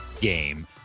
game